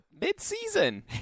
Mid-season